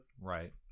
Right